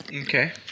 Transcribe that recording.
Okay